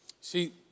See